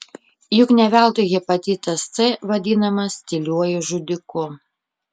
juk ne veltui hepatitas c vadinamas tyliuoju žudiku